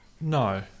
No